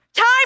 Time